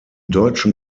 deutschen